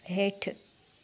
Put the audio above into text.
हेठि